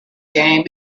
game